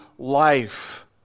life